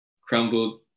crumbled